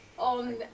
on